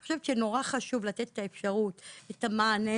אני חושבת שמאוד חשוב לתת את האפשרות, את המענה